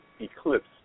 eclipse